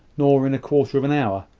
nor in a quarter of an hour.